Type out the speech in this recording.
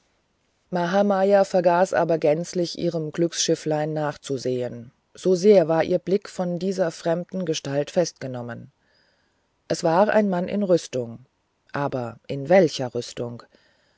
mahamaya vergaß aber gänzlich ihrem glücksschifflein nachzusehen so sehr war ihr blick von dieser fremden gestalt festgebannt es war ein mann in rüstung aber in welcher rüstung